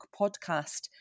podcast